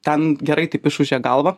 ten gerai taip išūžė galvą